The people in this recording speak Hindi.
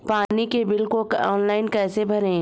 पानी के बिल को ऑनलाइन कैसे भरें?